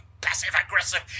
passive-aggressive